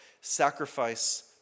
Sacrifice